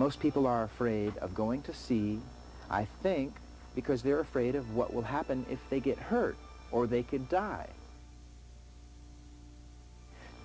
most people are afraid of going to see i think because they're afraid of what will happen if they get hurt or they can die